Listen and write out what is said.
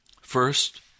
First